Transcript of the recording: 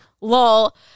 lol